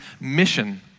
mission